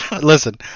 listen